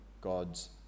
God's